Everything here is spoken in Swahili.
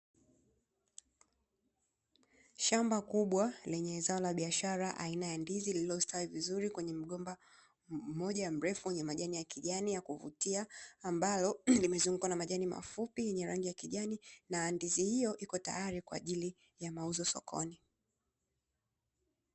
Shamba kubwa lenye zao la biashara aina ya ndizi lililostawi vizuri kwenye mgomba mrefu mmoja wenye majani ya kuvutia, ambalo limezungukwa na majani mafupi yenye rangi ya kijani na ndizi hiyo iko tayari kwa ajili ya mauzo sokoni.